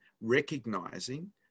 recognizing